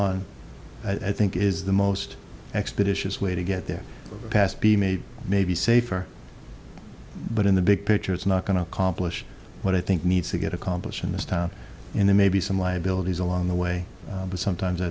on i think is the most expeditious way to get there passed be made maybe safer but in the big picture it's not going to accomplish what i think needs to get accomplished in this town in the maybe some liabilities along the way but sometimes i